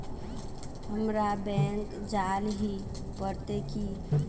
हमरा बैंक जाल ही पड़ते की?